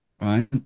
right